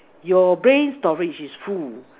your brain storage is full